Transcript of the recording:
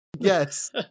yes